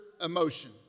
emotion